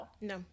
no